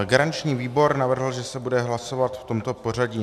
Garanční výbor navrhl, že se bude hlasovat v tomto pořadí.